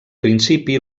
principi